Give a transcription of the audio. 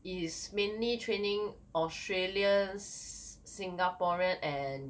is mainly training australians singaporeans and